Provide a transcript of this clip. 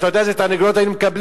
אתה יודע איזה תרנגולת היינו מקבלים?